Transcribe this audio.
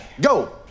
Go